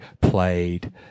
played